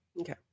okay